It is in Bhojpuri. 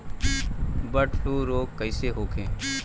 बर्ड फ्लू रोग कईसे होखे?